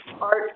Art